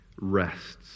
rests